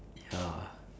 ya